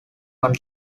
one